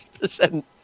percent